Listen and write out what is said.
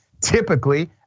Typically